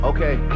Okay